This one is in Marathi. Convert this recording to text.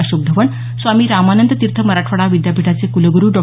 अशोक ढवण स्वामी रामानंद तीर्थ मराठवाडा विद्यापीठाचे कुलगुरु डॉ